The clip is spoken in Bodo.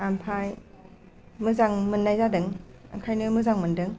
आमफाय मोजां मोननाय जादों ओंखायनो मोजां मोनदों